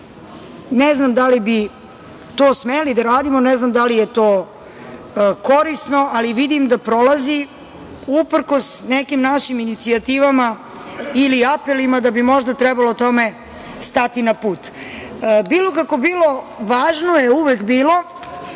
Ne znam da li bi to smeli da radimo, ne znam da li je to korisno, ali vidim da prolazi uprkos nekim našim inicijativama ili apelima da bi možda trebalo tome stati na put. Bilo kako bilo, važno je uvek bilo